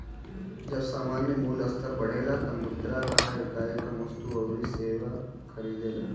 जब सामान्य मूल्य स्तर बढ़ेला तब मुद्रा कअ हर इकाई कम वस्तु अउरी सेवा खरीदेला